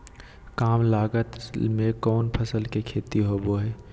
काम लागत में कौन फसल के खेती होबो हाय?